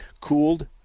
cooled